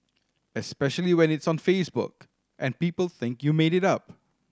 especially when it's on Facebook and people think you made it up